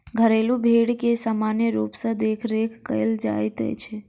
घरेलू भेंड़ के सामान्य रूप सॅ देखरेख कयल जाइत छै